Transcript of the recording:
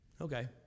Okay